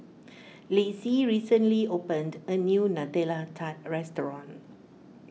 Lacie recently opened a new Nutella Tart restaurant